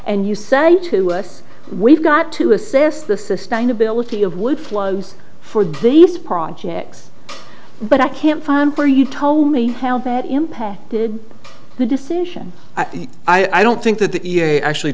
and you said to us we've got to assess the sustainability of wood flows for these projects but i can't find for you tell me how that impacted the decision i don't think that the e a a actually